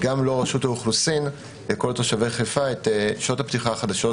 קודם כל צחי שלום,